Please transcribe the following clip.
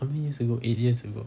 how many years ago eight years ago